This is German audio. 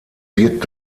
wird